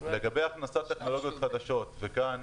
לגבי הכנסת טכנולוגיות חדשות כאן,